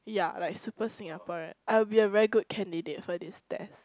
ya like super Singaporean I'll be a very good candidate for this test